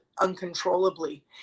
uncontrollably